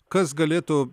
kas galėtų